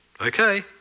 okay